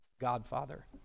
Godfather